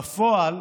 בפועל,